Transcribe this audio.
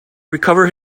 recover